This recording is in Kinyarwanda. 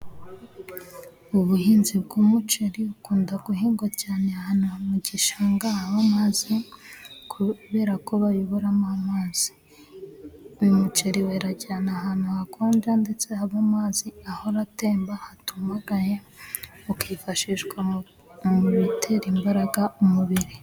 Ubuhinzi bw'umuceri bukunda guhingwa cyane ahantu mu gishanga haba amazi, kubera ko bayoboramo amazi. Uyu umuceri wera cyane ahantu hakonja ndetse haba amazi ahora atemba hatumagaye, ukifashishwa mu bitera imbaraga umubiri.